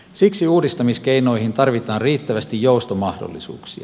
siksi uudistamiskeinoihin tarvitaan riittävästi joustomahdollisuuksia